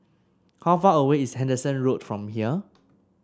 how far away is Henderson Road from here